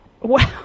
Wow